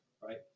right